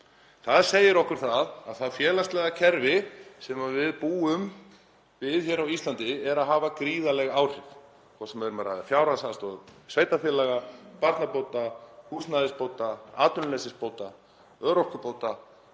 Það segir okkur að það félagslega kerfi sem við búum við hér á Íslandi er að hafa gríðarleg áhrif, hvort sem um er að ræða fjárhagsaðstoð sveitarfélaga, barnabóta, húsnæðisbóta, atvinnuleysisbóta, örorkubóta